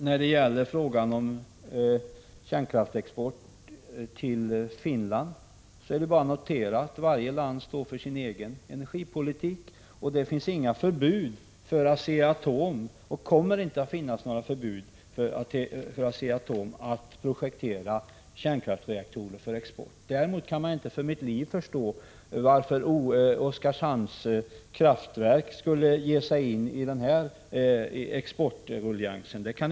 När det gäller frågan om kärnkraftsexport till Finland är det bara att notera att varje land står för sin egen energipolitik. Det finns inte — och kommer inte att finnas — några förbud för ASEA-ATOM att projektera kärnkraftsreaktorer för export. Däremot kan jag inte för mitt liv förstå varför Oskarshamns kraftverk skulle ge sig in i den exportruljangsen.